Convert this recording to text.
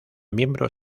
miembro